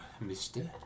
mister